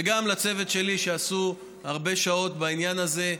לפעמים המשטרה חסרת אונים בעניין הזה.